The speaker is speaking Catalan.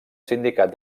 sindicat